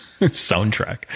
soundtrack